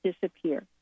disappear